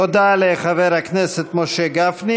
תודה לחבר הכנסת משה גפני.